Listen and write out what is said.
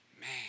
Man